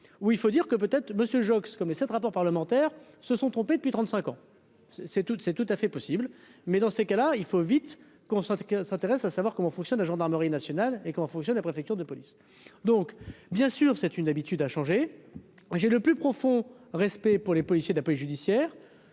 où il faut dire que peut-être Monsieur Joxe, comme les 7 rapports parlementaires se sont trompés depuis 35 ans c'est toute c'est tout à fait possible mais dans ces cas-là, il faut vite qu'on sentait que s'intéresse à savoir comment fonctionne la gendarmerie nationale et comment fonctionne la préfecture de police, donc bien sûr c'est une habitude à changer, j'ai le plus profond respect pour les policiers de la police judiciaire,